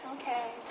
Okay